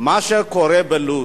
מה שקורה בלוד,